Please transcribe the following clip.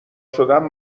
شدم